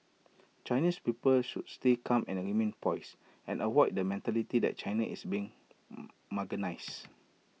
Chinese people should stay calm and remain poise and avoid the mentality did China is being marginalised